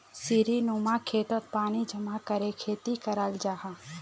सीढ़ीनुमा खेतोत पानी जमा करे खेती कराल जाहा